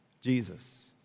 Jesus